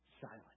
silent